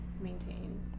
maintain